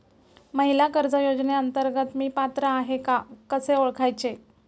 महिला कर्ज योजनेअंतर्गत मी पात्र आहे का कसे ओळखायचे?